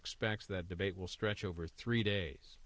expects that debate will stretch over three days